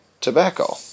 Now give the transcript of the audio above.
tobacco